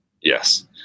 Yes